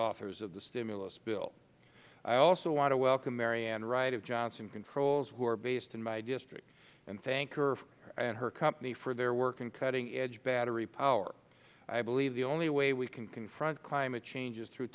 authors of the stimulus bill i also want to welcome mary ann wright of johnson controls who are based in my district and thank her and her company for their work in cutting edge battery power i believe the only way we can confront climate change is through